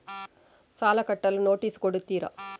ಸಾಲ ಕಟ್ಟಲು ನೋಟಿಸ್ ಕೊಡುತ್ತೀರ?